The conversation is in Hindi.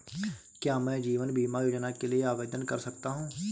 क्या मैं जीवन बीमा योजना के लिए आवेदन कर सकता हूँ?